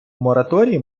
мораторій